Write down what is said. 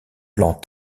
plans